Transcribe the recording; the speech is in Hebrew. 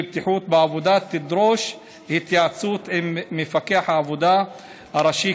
בטיחות בעבודה תדרוש התייעצות עם מפקח העבודה הראשי,